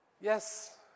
Yes